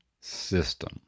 system